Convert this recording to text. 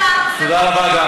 תודה רבה גם,